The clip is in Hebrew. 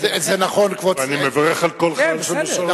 אני מברך על כל חייל שמשרת.